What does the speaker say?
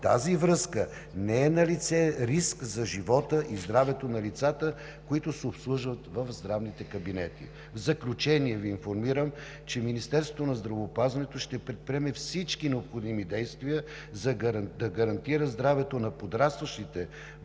тази връзка не е налице риск за живота и здравето на лицата, които се обслужват в здравните кабинети. В заключение Ви информирам, че Министерството на здравеопазването ще предприеме всички необходими действия да гарантира здравето на подрастващите, водено